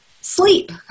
sleep